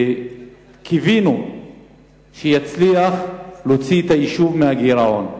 וקיווינו שיצליח להוציא את היישוב מהגירעון.